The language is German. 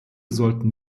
sollten